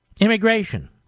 Immigration